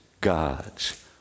God's